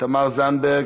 תמר זנדברג,